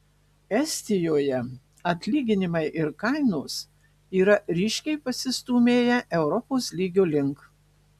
estijoje atlyginimai ir kainos yra ryškiai pasistūmėję europos lygio link